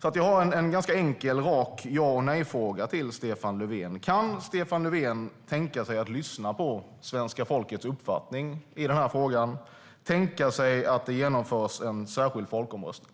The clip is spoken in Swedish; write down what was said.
Jag har därför en ganska enkel och rak ja-eller-nej-fråga till Stefan Löfven: Kan Stefan Löfven tänka sig att lyssna på svenska folkets uppfattning i den här frågan och tänka sig att det genomförs en särskild folkomröstning?